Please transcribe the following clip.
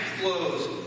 flows